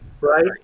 Right